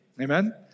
Amen